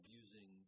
using